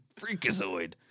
Freakazoid